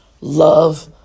love